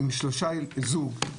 זוג,